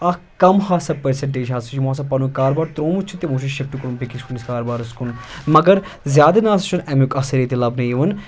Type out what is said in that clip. اَکھ کم ہَسا پٔرسَنٹیج ہَسا چھِ یِمو ہَسا پَنُن کاربار ترٛومُت چھُ تِمو چھُ شِفٹ کوٚرمُت بیٚکِس کُنہِ کاربارَس کُن مگر زیادٕ نَسا چھُنہٕ اَمیُٚک اثر ییٚتہِ لَبنہٕ یِوان